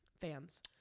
fans